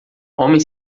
homem